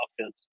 offense